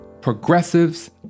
progressives